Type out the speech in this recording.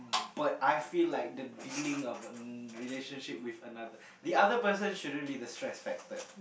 but I feel like the dealing of a relationship with another the other person shouldn't be a stress factor